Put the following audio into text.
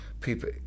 people